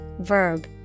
verb